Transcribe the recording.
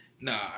nah